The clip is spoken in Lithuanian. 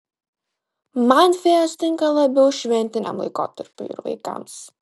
man fėjos tinka labiau šventiniam laikotarpiui ir vaikams